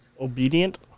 Obedient